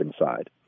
inside